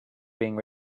being